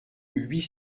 huit